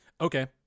Okay